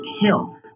hill